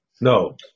No